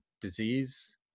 disease